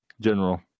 General